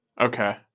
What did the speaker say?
Okay